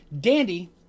Dandy